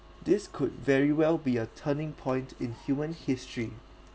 this could very well be a turning point in human history